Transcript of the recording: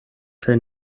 kaj